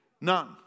None